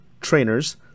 trainers